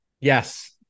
Yes